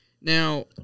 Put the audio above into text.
Now